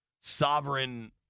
sovereign